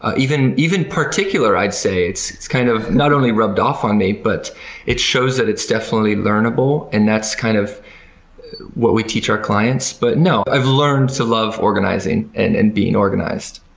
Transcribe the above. ah even even particular, i'd say it's it's kind of not only rubbed off on me, but it shows that it's definitely learnable, and that's kind of what we teach our clients. but i've learned to love organizing and and being organized.